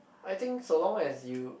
I think so long as you